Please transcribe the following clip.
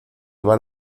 van